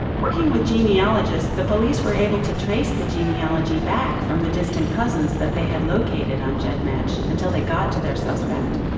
working with genealogists, the police were able to trace the genealogy back from the distant cousins that they had located on gedmatch until they got to their suspect.